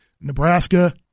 Nebraska